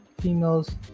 females